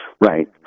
right